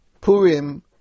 Purim